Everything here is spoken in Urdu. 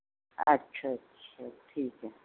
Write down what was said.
اچھا اچھا ٹھیک ہے